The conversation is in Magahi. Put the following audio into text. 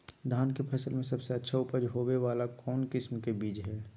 धान के फसल में सबसे अच्छा उपज होबे वाला कौन किस्म के बीज हय?